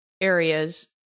areas